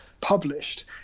published